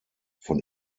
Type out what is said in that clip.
von